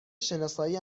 شناسایی